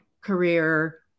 career